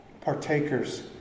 partakers